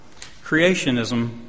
Creationism